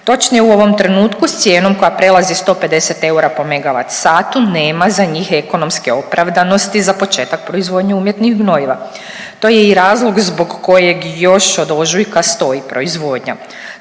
Točnije u ovom trenutku s cijenom koja prelazi 150 eura po megavat satu nema za njih ekonomske opravdanosti za početak proizvodnje umjetnih gnojiva. To je i razlog zbog kojeg još od ožujka stoji proizvodnja.